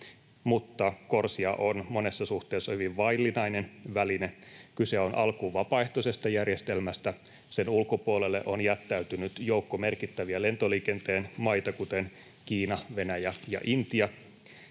mutta CORSIA on monessa suhteessa hyvin vaillinainen väline. Kyse on alkuun vapaaehtoisesta järjestelmästä. Sen ulkopuolelle on jättäytynyt joukko merkittäviä lentoliikenteen maita, kuten Kiina, Venäjä ja Intia.